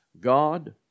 God